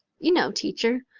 you know, teacher.